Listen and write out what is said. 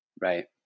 Right